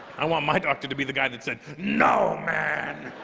i want my doctor to be the guy that said no man!